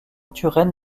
turenne